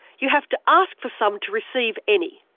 you have to ask for some to receive any.